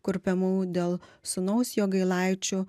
kurpiamų dėl sūnaus jogailaičio